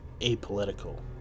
apolitical